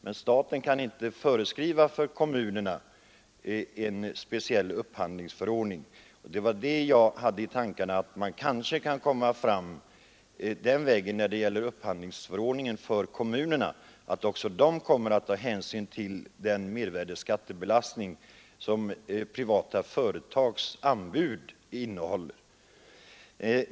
Men staten kan inte föreskriva en speciell upphandlingsförordning för kommunerna. Vad jag där hade i tankarna var, att man kanske kan komma fram vägen över upphandlingsförordningen för kommunerna, så att också de tar hänsyn till den mervärdeskattebelastning som privata företags anbud innehåller.